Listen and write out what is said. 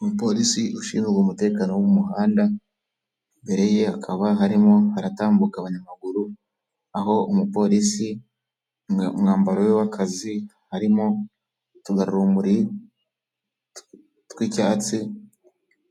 Umupolisi ushinzwe umutekano m'umuhanda imbere ye hakaba harimo haratambuka abanyamaguru aho umupolisi umwambaro we w'akazi harimo utugarumuri tw'icyatsi